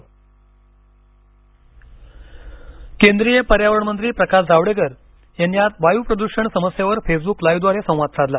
जावडेकर वायुप्रदुषण केंद्रीय पर्यावरण मंत्री प्रकाश जावडेकर यांनी आज वायुप्रदुषण समस्येवर फेसबुक लाईव्हद्वारे संवाद साधला